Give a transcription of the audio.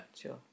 sure